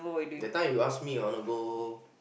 that time you ask me I wanna go